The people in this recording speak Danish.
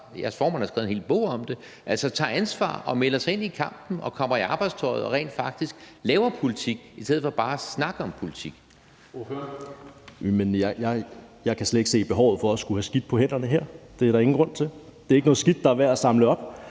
Jeg kan slet ikke se behovet for at skulle have skidt på hænderne her. Det er der ingen grund til. Det er ikke noget skidt, der er værd at samle op.